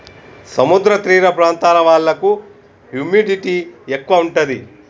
సముద్ర తీర ప్రాంతాల వాళ్లకు హ్యూమిడిటీ ఎక్కువ ఉంటది